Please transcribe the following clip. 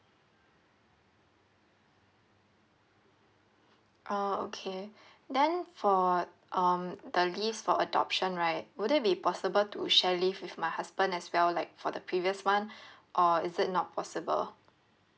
orh okay then for um the leaves for adoption right would it be possible to share leave with my husband as well like for the previous one or is it not possible